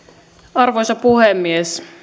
arvoisa puhemies